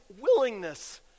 willingness